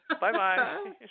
Bye-bye